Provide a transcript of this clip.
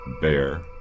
Bear